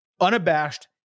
unabashed